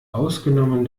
ausgenommen